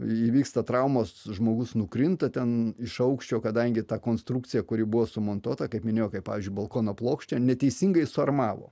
įvyksta traumos žmogus nukrinta ten iš aukščio kadangi ta konstrukcija kuri buvo sumontuota kaip minėjau kaip pavyzdžiui balkono plokštė neteisingai suarmavo